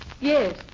Yes